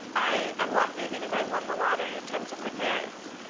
i am lucky because i won the lottery in terms of my parents.